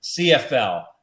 cfl